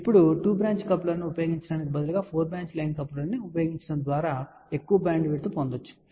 ఇప్పుడు two branch కప్లర్ను ఉపయోగించటానికి బదులుగా 4 బ్రాంచ్ లైన్ కప్లర్ను ఉపయోగించడం ద్వారా ఎక్కువ బ్యాండ్విడ్త్ పొందవచ్చు సరే